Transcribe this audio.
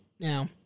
Now